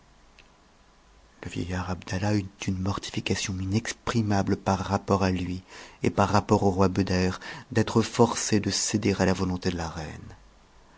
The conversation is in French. le vieillard abdallah eut une mortification inexprimable par rapport à lui et par rapport au roi beder d'être forcé de céder à la volonté de la reine